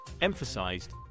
emphasized